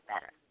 better